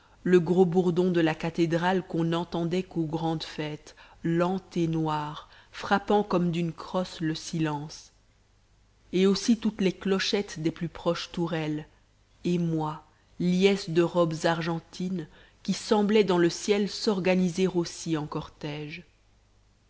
le gros bourdon de la cathédrale qu'on n'entendait qu'aux grandes fêtes lent et noir frappant comme d'une crosse le silence et aussi toutes les clochettes des plus proches tourelles émoi liesse de robes argentines qui semblaient dans le ciel s'organiser aussi en cortège